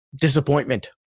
disappointment